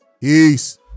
Peace